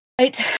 Right